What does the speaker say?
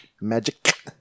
Magic